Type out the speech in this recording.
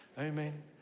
Amen